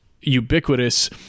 ubiquitous